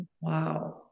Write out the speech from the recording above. Wow